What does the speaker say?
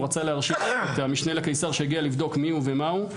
הוא רצה להרשים את המשנה לקיסר שהגיע לבדוק מיהו ומהו,